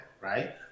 right